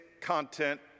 content